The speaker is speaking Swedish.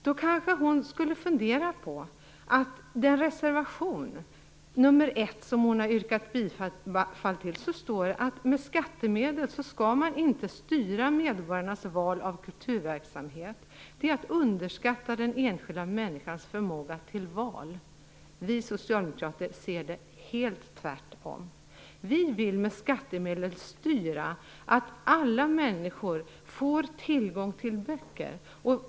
Då kanske hon skulle fundera på att det i reservation 1, som hon har yrkat bifall till, står att man inte med skattemedel skall styra medborgarnas val av kulturverksamhet och att det är att underskatta den enskilda människans förmåga till val. Vi socialdemokrater ser det helt annorlunda. Vi vill med skattemedlet styra att alla människor får tillgång till böcker.